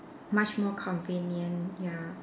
much more convenient ya